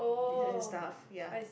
and stuff ya